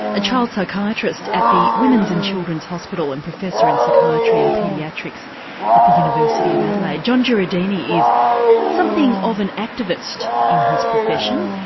a child psychiatrist at the women's and children's hospital and professor in psychiatry and paediatrics at the university of adelaide, john jureidini is something of an activist in his profession.